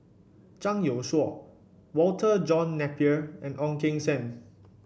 Zhang Youshuo Walter John Napier and Ong Keng Sen